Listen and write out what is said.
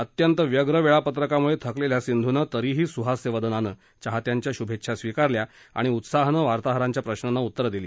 अत्यंत व्यग्र वेळापत्रकामुळे थकलेल्या सिंधुनं तरीही सुहास्यवदनानं चाहत्यांच्या शुभेच्छा स्वीकारल्या आणि उत्साहानं वार्ताहरांच्या प्रशांना उत्तरं दिली